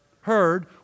heard